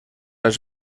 els